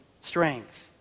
strength